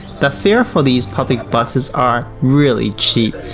the fares for these public buses are really cheap,